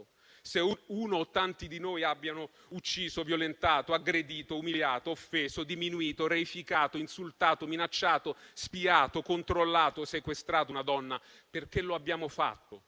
se uno o tanti di noi abbiano ucciso, violentato, aggredito, umiliato, offeso, diminuito, reificato, insultato, minacciato, spiato, controllato, sequestrato una donna: perché lo abbiamo fatto.